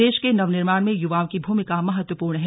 देश के नव निर्माण में युवाओं की भूमिका महत्वपूर्ण है